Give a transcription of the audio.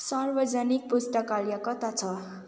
सार्वजनिक पुस्तकालय कता छ